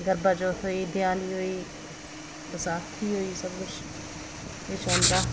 करवाचौथ होई देआली होई बसाखी होई सबकुछ सबकिश होंदा